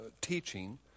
teaching